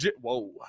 Whoa